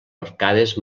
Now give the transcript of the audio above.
arcades